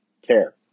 care